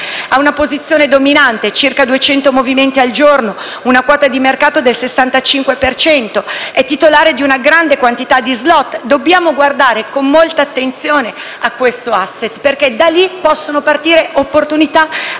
ha una posizione dominante: circa 200 movimenti al giorno, una quota di mercato del 65 per cento, una grande quantità di *slot*. Dobbiamo guardare con molta attenzione a questo *asset* perché da esso possono partire opportunità